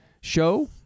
show